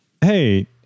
Hey